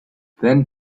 then